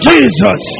Jesus